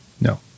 No